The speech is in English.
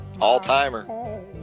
all-timer